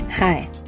Hi